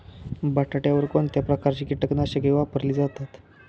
बटाट्यावर कोणत्या प्रकारची कीटकनाशके वापरली जातात?